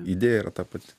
idėja yra ta pati